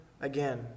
again